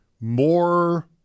more